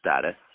status